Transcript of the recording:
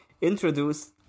introduce